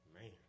Man